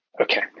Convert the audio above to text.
Okay